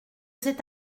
c’est